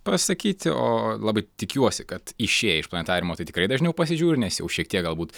pasakyti o labai tikiuosi kad išėję iš planetariumo tai tikrai dažniau pasižiūri nes jau šiek tiek galbūt